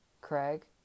craig